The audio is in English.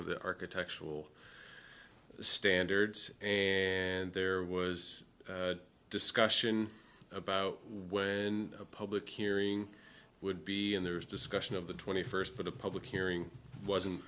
of the architectural standards and there was a discussion about where in a public hearing would be and there was discussion of the twenty first but the public hearing wasn't